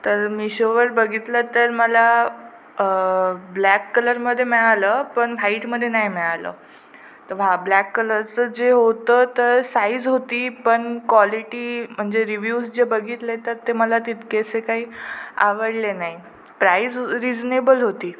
तर मीशोवर बघितलं तर मला ब्लॅक कलरमध्ये मिळालं पण व्हाईटमध्ये नाही मिळालं तर व्हा ब्लॅक कलरचं जे होतं तर साईज होती पण क्वालिटी म्हणजे रिव्ह्यूज जे बघितले तर ते मला तितकेसे काही आवडले नाही प्राईज रिजनेबल होती